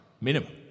minimum